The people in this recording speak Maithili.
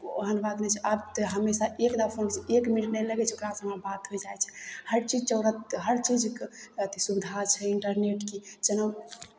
ओहन बात नहि छै आब तऽ हमेशा एक दा फोनसँ एक मिनट नहि लगै छै ओकरासँ हमरा बात होय जाइ छै हर चीज जरूरत हर चीजके अथी सुविधा छै इंटरनेटके जेना